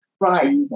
Right